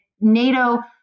NATO